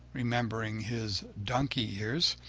remembering his donkey ears,